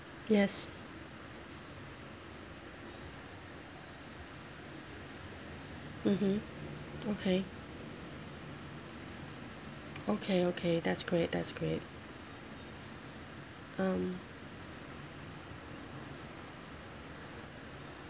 yes mmhmm okay okay okay that's great that's great um